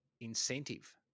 incentive